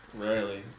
Rarely